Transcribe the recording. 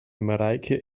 mareike